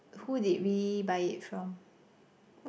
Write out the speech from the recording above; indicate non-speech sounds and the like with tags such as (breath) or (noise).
who did we buy it from (breath)